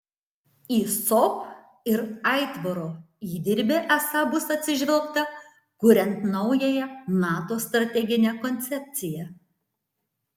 į sop ir aitvaro įdirbį esą bus atsižvelgta kuriant naująją nato strateginę koncepciją